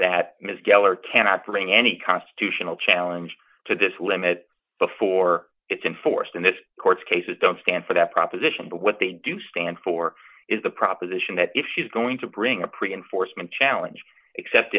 geller cannot bring any constitutional challenge to this limit before it's in force in this court's cases don't stand for that proposition but what they do stand for is the proposition that if she's going to bring a pre enforcement challenge except